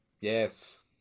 Yes